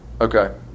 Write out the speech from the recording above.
Okay